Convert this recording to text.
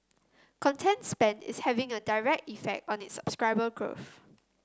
content spend is having a direct effect on its subscriber growth